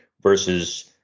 versus